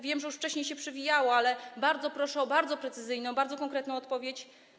Wiem, że ono już wcześniej się przewijało, ale bardzo proszę o bardzo precyzyjną, bardzo konkretną odpowiedź.